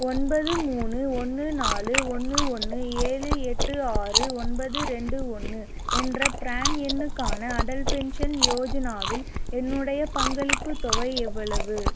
ஒன்பது மூணு ஒன்று நாலு ஒன்று ஒன்று ஏழு எட்டு ஆறு ஒன்பது ரெண்டு ஒன்று என்ற ப்ரான் எண்ணுக்கான அடல் பென்ஷன் யோஜனாவில் என்னுடைய பங்களிப்புத் தொகை எவ்வளவு